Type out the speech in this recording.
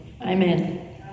Amen